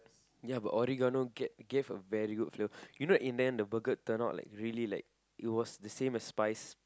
ya but Oregano get gave a very good flavour you know in England the burger turn out like really like it was the same as spice